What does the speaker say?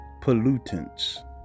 pollutants